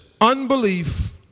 unbelief